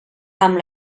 amb